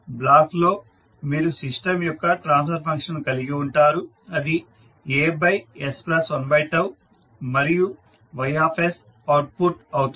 బ్లాక్లో మీరు సిస్టం యొక్క ట్రాన్స్ఫర్ ఫంక్షన్ను కలిగి ఉంటారు అది As 1 మరియు Y అవుట్పుట్ అవుతుంది